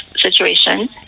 situation